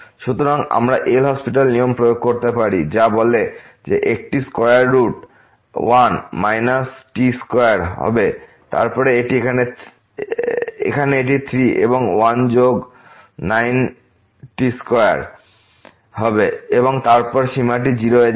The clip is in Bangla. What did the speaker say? সুতরাং আমরা LHospital এর নিয়মটি প্রয়োগ করতে পারি যা বলে যে এটি 1 square root 1 minus t square হবে এবং তারপরে এখানে এটি 3 এবং 1 যোগ 9 টি স্কয়ার হবে এবং তারপর সীমাটি 0 এ যাবে